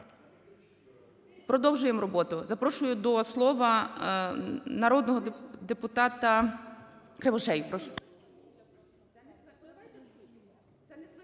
Продовжуємо роботу. Запрошую до слова народного депутата Кривошею,